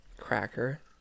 cracker